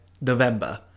November